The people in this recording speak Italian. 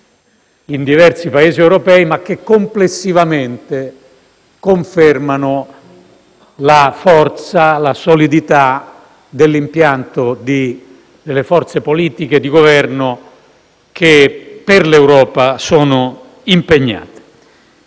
in diversi Paesi europei ma che complessivamente confermano la forza e la solidità dell'impianto delle forze politiche e di Governo che per l'Europa sono impegnate.